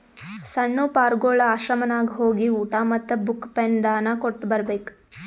ಸಣ್ಣು ಪಾರ್ಗೊಳ್ ಆಶ್ರಮನಾಗ್ ಹೋಗಿ ಊಟಾ ಮತ್ತ ಬುಕ್, ಪೆನ್ ದಾನಾ ಕೊಟ್ಟ್ ಬರ್ಬೇಕ್